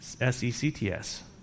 S-E-C-T-S